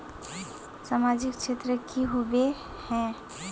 सामाजिक क्षेत्र की होबे है?